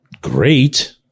great